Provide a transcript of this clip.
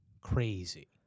crazy